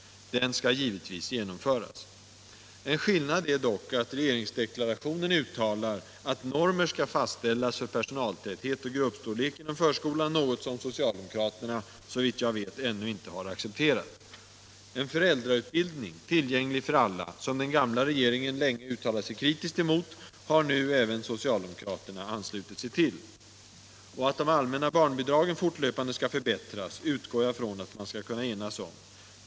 Den skall givetvis genomföras. En skillnad är dock att regeringsdeklarationen uttalar att normer skall fastställas för personaltäthet och gruppstorlek inom förskolan, något som socialdemokraterna såvitt jag vet ännu inte har accepterat. En föräldrautbildning, tillgänglig för alla, som den gamla regeringen länge uttalade sig kritiskt mot, har nu även socialdemokraterna anslutit sig till. Att de allmänna barnbidragen fortlöpande skall förbättras utgår jag från att man skall kunna enas om.